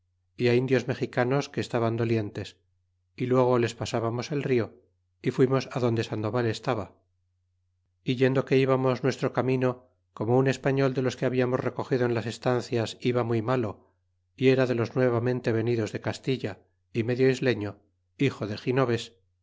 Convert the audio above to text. y indios mexicanos que estaban dolientes y luego les pasábamos el rio y fuimos adonde sandoval estaba é yendo que íbamos nuestro camino como un español de los que hablamos recogido en las estancias iba muy malo y era de los nuevamente venidos de castilla y medio isleño hijo de ginoves